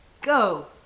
go